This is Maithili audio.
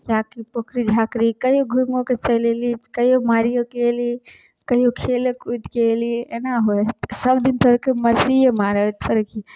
किएकि पोखरि झाँखरि कहिऔ घुइमोके चलि अएली कहिऔ मारिओके अएली कहिऔ खेले कुदिके अएली एना होइ हइ सबदिन थोड़ेके मछलिए मारै थोड़े कि